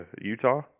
Utah